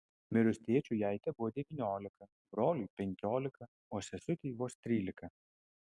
mirus tėčiui jai tebuvo devyniolika broliui penkiolika o sesutei vos trylika